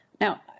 Now